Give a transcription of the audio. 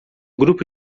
grupo